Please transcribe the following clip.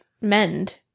mend